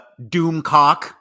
Doomcock